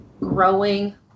growing